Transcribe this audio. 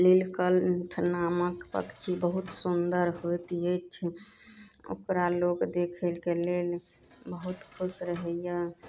नीलकंठ पक्षी बहुत सुन्दर होइत अछि ओकरा लोग देखैके लेल बहुत खुश रहैया